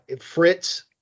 Fritz